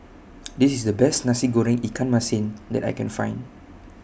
This IS The Best Nasi Goreng Ikan Masin that I Can Find